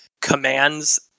commands